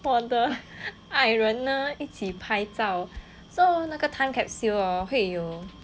我的爱人呢一起拍照 so 那个 time capsule hor 会有